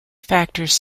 factors